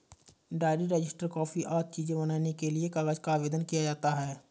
diary, register, copy आदि चीजें बनाने के लिए कागज का आवेदन किया जाता है